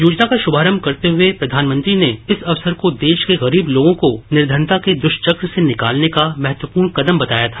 योजना का शुभारम्भ करते हुए प्रषानगंत्री ने इस अवसर को देश के गरीब लोगों को निर्वनता के दुष्क्र से निकालने का महत्वपूर्ण कदम बताया था